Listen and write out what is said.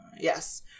Yes